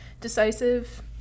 decisive